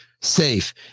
safe